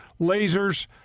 lasers